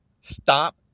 Stop